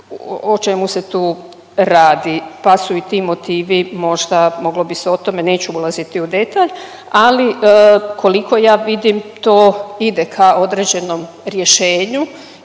o čemu se tu radi, pa su i ti motivi možda, moglo bi se o tome, neću ulaziti u detalj, ali koliko ja vidim to ide ka određenom rješenju